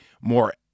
more